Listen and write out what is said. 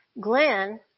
Glenn